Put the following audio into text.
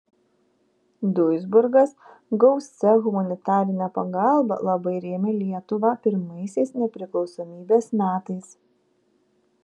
duisburgas gausia humanitarine pagalba labai rėmė lietuvą pirmaisiais nepriklausomybės metais